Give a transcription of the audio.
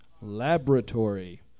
laboratory